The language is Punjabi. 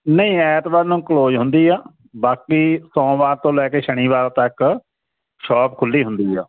ਨਹੀਂ ਐਤਵਾਰ ਨੂੰ ਕਲੋਜ਼ ਹੁੰਦੀ ਆ ਬਾਕੀ ਸੋਮਵਾਰ ਤੋਂ ਲੈ ਕੇ ਸ਼ਨੀਵਾਰ ਤੱਕ ਸ਼ੋਪ ਖੁੱਲ੍ਹੀ ਹੁੰਦੀ ਆ